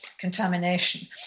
contamination